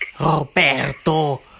Roberto